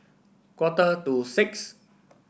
quarter to six